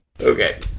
okay